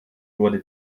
wurde